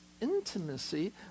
intimacy